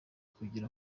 kugira